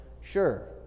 Sure